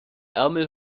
ärmel